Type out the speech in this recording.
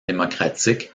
démocratique